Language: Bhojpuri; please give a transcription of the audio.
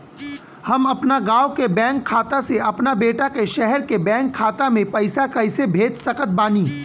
हम अपना गाँव के बैंक खाता से अपना बेटा के शहर के बैंक खाता मे पैसा कैसे भेज सकत बानी?